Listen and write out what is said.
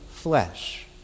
Flesh